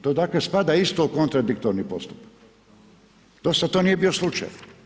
To dakle, spada isto u kontradiktorni postupak. dosad to nije bio slučaj.